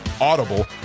Audible